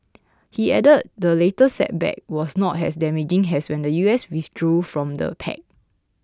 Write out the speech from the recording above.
he added the latest setback was not as damaging as when the U S withdrew from the pact